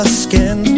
skin